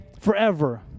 Forever